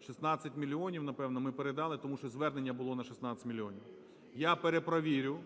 16 мільйонів, напевно, ми передали, тому що звернення було на 16 мільйонів. Яперепровірю